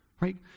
right